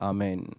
Amen